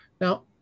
Now